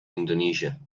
indonesia